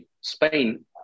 Spain